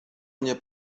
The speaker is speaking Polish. mnie